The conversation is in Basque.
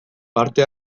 parte